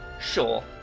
Sure